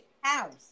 house